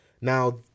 Now